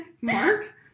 Mark